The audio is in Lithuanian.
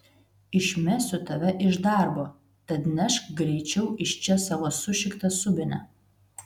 išmesiu tave iš darbo tad nešk greičiau iš čia savo sušiktą subinę